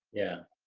yeah,